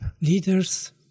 leaders